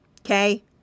Okay